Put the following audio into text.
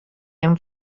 hem